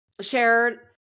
Share